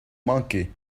manquée